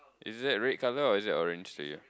is it a red colour or is it orange to you